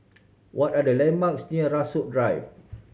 what are the landmarks near Rasok Drive